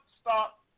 stop